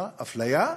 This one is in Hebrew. מה, אפליה?